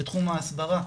בתחום ההסברה,